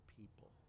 people